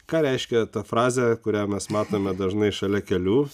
ką reiškia ta frazė kurią mes matome dažnai šalia kelių